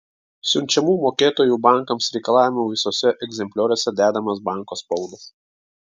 siunčiamų mokėtojų bankams reikalavimų visuose egzemplioriuose dedamas banko spaudas